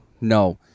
no